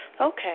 Okay